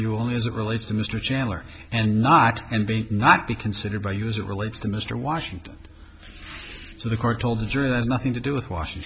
you only as it relates to mr chandler and not and be not be considered by use it relates to mr washington so the court told the jury that's nothing to do with washing